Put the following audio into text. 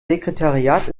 sekretariat